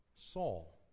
Saul